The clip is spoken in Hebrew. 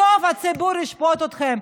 בסוף הציבור ישפוט אתכם.